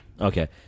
Okay